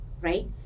right